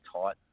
tight